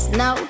no